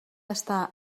està